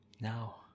Now